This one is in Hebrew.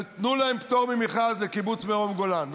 ותנו להם פטור ממכרז, לקיבוץ מרום גולן.